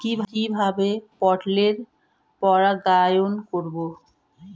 কিভাবে পটলের পরাগায়ন করব?